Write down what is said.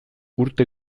urte